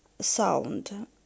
sound